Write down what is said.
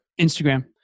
Instagram